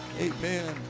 Amen